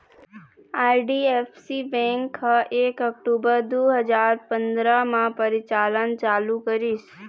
IDFC bank ह एक अक्टूबर दू हजार पंदरा म परिचालन चालू करिस